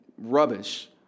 rubbish